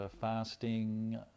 fasting